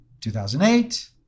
2008